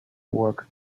work